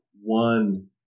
one